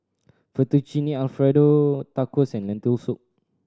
Fettuccine Alfredo Tacos and Lentil Soup